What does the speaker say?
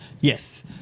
Yes